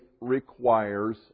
requires